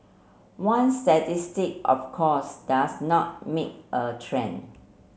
one statistic of course does not make a trend